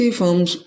firms